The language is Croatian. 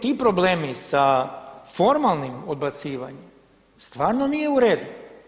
Ti problemi sa formalnim odbacivanjem stvarno nije u redu.